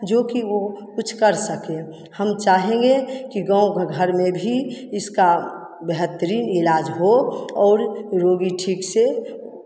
जो कि वो कुछ कर सकें हम चाहेंगे कि गाँव घर में भी इसका बेहतरीन इलाज हो और रोगी ठीक से